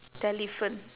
telephant